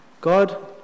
God